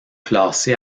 classés